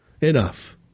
Enough